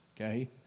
okay